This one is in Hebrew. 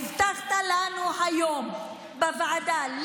הבטחת לנו היום בוועדה,